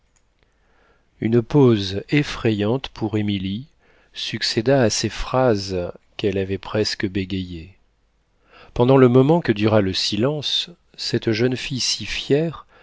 une pause effrayante pour émilie succéda à ces phrases qu'elle avait presque bégayées pendant le moment que dura le silence cette jeune fille si fière